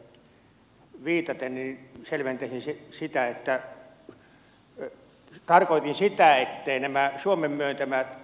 äskeiseen puheeseen viitaten selventäisin sitä että tarkoitin sitä etteivät nämä suomen myöntämät